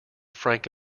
frank